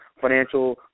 financial